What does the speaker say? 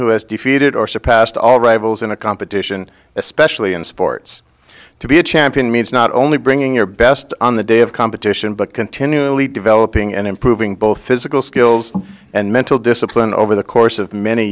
who has defeated or surpassed all rivals in a competition especially in sports to be a champion means not only bringing your best on the day of competition but continually developing and improving both physical skills and mental discipline over the course of many